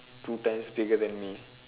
two times bigger than me